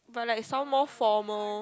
but like sound more formal